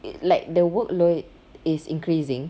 like the workload is increasing